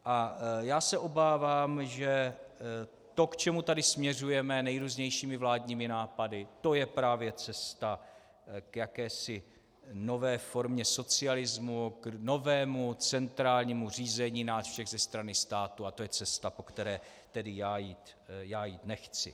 A já se obávám, že to, k čemu tady směřujeme nejrůznějšími vládními nápady, to je právě cesta k jakési nové formě socialismu, k novému centrálnímu řízení nás všech ze strany státu, a to je cesta, po které tedy já jít nechci.